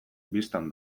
bistan